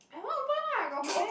I haven't open what got open meh